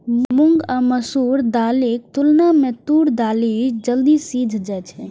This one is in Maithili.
मूंग आ मसूर दालिक तुलना मे तूर दालि जल्दी सीझ जाइ छै